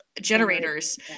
generators